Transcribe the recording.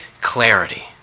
clarity